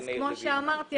כמו שאמרתי,